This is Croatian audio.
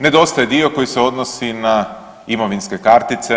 Nedostaje dio koji se odnosi na imovinske kartice.